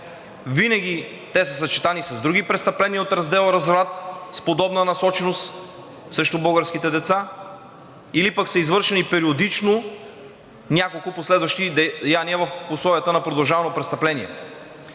Винаги те са съчетани с други престъпления от Раздел „Разврат“ с подобна насоченост срещу българските деца или пък са извършени периодично няколко последващи деяния в условията на продължавано престъпление.